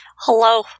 Hello